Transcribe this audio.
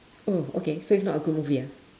oh okay so it's not a good movie ah